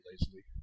lazily